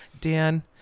Dan